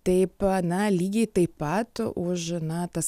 taip na lygiai taip pat už na tas